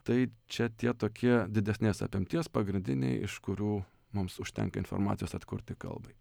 tai čia tie tokie didesnės apimties pagrindiniai iš kurių mums užtenka informacijos atkurti kalbai